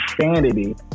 sanity